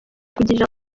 kugirira